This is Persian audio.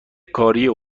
کاریه